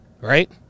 right